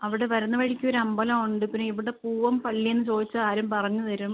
അവിടെ വരുന്ന വഴിക്കൊരു അമ്പലം ഉണ്ട് പിന്നെ ഇവിടെ പൂവം പള്ളി എന്ന് ചോദിച്ചാൽ ആരും പറഞ്ഞ് തരും